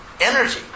energy